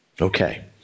Okay